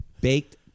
baked